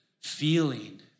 feeling